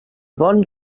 bon